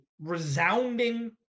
resounding